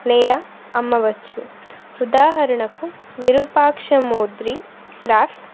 లేదా అమ్మవచ్చు ఉదాహరణకు విరూపాక్షమోద్రి క్రాఫ్ట్స్